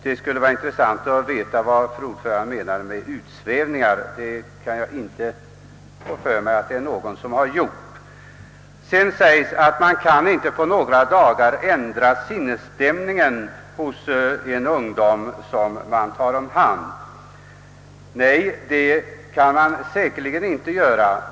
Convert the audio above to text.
Det skulle vara intressant att veta vad fru ordföranden menar med utsvävningar, ty jag kan inte förstå att någon har gjort sig skyldig till sådana. Sedan sägs det att man inte på några dagar kan ändra sinnesinriktningen hos den ungdom som man tar om hand. Nej, det kan man säkerligen inte göra.